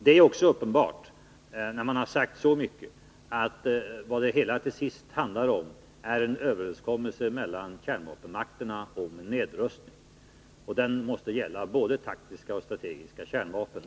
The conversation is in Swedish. Det är också uppenbart, när man har sagt så mycket, att vad det hela till sist handlar om är en överenskommelse mellan kärnvapenmakterna om nedrustning. Denna måste gälla både taktiska och strategiska kärnvapen.